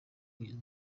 kugeza